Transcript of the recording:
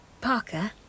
Parker